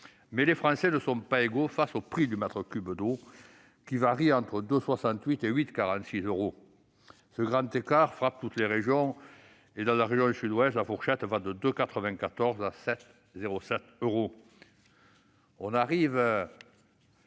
Les Français ne sont pas égaux face au prix du mètre cube d'eau, qui varie entre 2,68 et 8,46 euros. Ce grand écart frappe aussi la région Sud-Ouest, où la fourchette va de 2,94 à 7,07 euros.